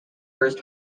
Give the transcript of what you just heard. first